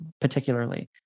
particularly